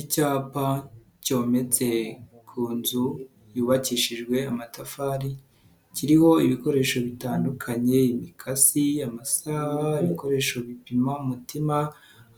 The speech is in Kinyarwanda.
Icyapa cyometse ku nzu yubakishijwe amatafari kiriho ibikoresho bitandukanye imikasi, amasaha, ibikoresho bipima umutima,